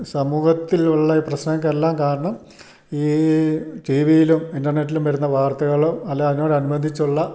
സമൂഹത്തിലുള്ള പ്രശ്നങ്ങക്കെല്ലാം കാരണം ഈ ടിവിയിലും ഇൻ്റർനെറ്റിലും വരുന്ന വാർത്തകളോ അല്ല അതിനോട് അനുബന്ധിച്ചുള്ള